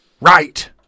Right